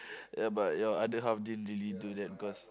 ya but your other half didn't really do that because